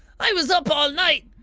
i was up all night.